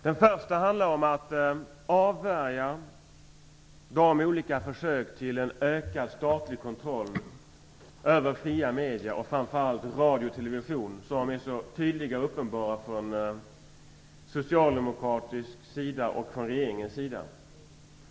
Den första frågan handlar om att avvärja de olika försök till en ökad statlig kontroll över fria medier och framför allt radio och television som är så tydliga och uppenbara från socialdemokraternas och regeringens sida.